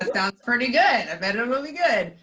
that's pretty good, i bet it and will be good.